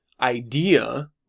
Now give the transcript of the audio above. idea